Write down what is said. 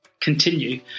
continue